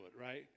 right